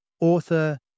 Author